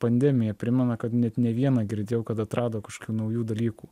pandemiją primena kad net ne vieną girdėjau kad atrado kažkokių naujų dalykų